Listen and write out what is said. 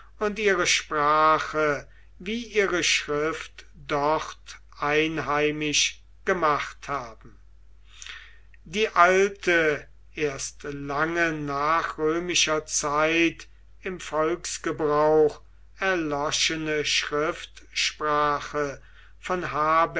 und ihre sprache wie ihre schrift dort einheimisch gemacht haben die alte erst lange nach römischer zeit im volksgebrauch erloschene schriftsprache von